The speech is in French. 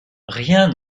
rien